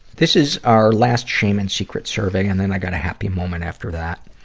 this is our last shame and secret survey, and then i got a happy moment after that.